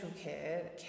care